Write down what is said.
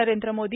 Narendra Modi